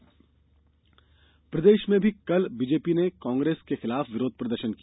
Rafale प्रदर्शन प्रदेश में भी कल भाजपा ने कांग्रेस के खिलाफ विरोध प्रदर्शन किया